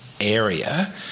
area